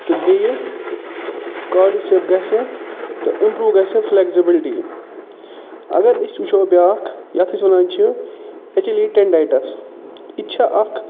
تہٕ بیٚیہِ کاڈٕسیپ گژھِ تہٕ اِمپرو گژھِ فُلَکزٕبُلٹی اگر أسۍ وٕچھَو بیاکھ یَتھ أسۍ وَنان چھِ ایچلی ٹینڈایٹَس یِتہِ چھےٚ اَکھ